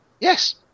yes